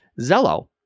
Zello